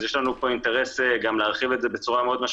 אז יש לנו פה אינטרס גם להרחיב את זה מאוד משמעותית.